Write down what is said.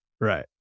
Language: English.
Right